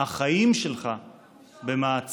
החיים שלך במעצר.